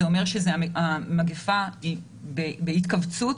זה אומר שהמגיפה בהתכווצות,